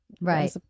Right